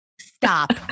stop